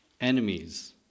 enemies